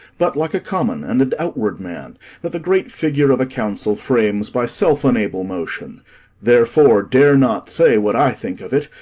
but like a common and an outward man that the great figure of a council frames by self-unable motion therefore dare not say what i think of it,